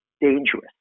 dangerous